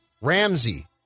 Ramsey